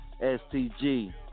STG